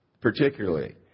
particularly